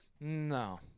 no